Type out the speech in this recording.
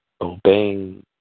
obeying